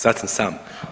Sad sam sam.